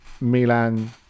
Milan